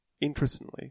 interestingly